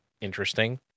interesting